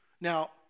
Now